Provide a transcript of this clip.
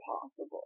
possible